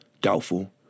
Doubtful